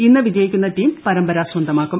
ഇന്ന് വിജയിക്കുന്ന ടീം പരമ്പര സ്വന്തമാക്കും